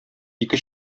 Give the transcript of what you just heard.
ике